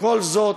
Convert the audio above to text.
כל זאת,